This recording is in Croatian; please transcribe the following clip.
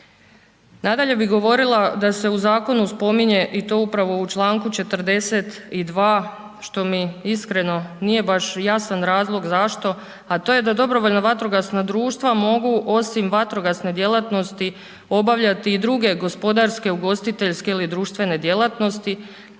Nadalje bi govorila da se u zakonu spominje i to upravo u čl. 42. što mi iskreno nije baš jasan razlog zašto, a to je da DVD-a mogu osim vatrogasne djelatnosti obavljati i druge gospodarske, ugostiteljske ili društvene djelatnosti,